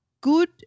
good